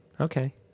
Okay